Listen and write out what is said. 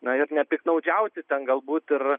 na ir nepiktnaudžiauti ten galbūt ir